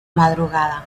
madrugada